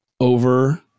over